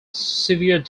severe